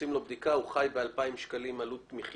עושים לו בדיקה והוא חי מ-2,000 שקלים עלות מחייה,